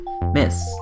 Miss